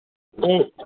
بیٚیہِ